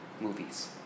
Movies